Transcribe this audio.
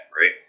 right